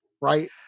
right